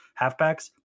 halfbacks